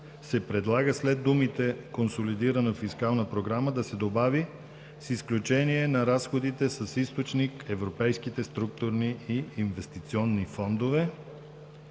се предлага след думите „консолидирана фискална програма“ да се добави „с изключение на разходите с източник европейските структурни и инвестиционни фондове“.